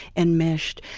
enmeshed,